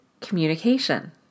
Communication